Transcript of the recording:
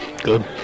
Good